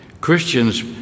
Christians